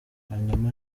hanyuma